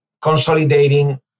consolidating